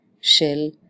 Shell